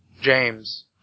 James